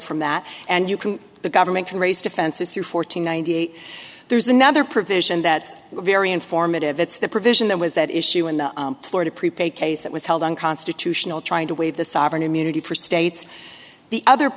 from that and you can the government can raise defenses through fourteen ninety eight there's another provision that very informative it's the provision that was that issue in the florida prepaid case that was held unconstitutional trying to waive the sovereign immunity for states the other